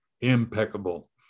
Impeccable